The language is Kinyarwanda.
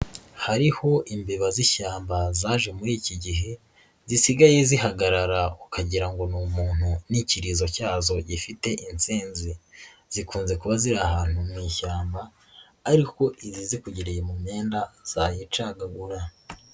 Hariho imbeba z'ishyamba zaje muri iki gihe zisigaye zihagarara ukagira ngo ni umuntu n'kirizo cyazo gifite intsinzi zikunze kuba ziri ahantu mu ishyamba ariko zikugereye mu imyenda zayicagagura.